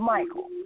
Michael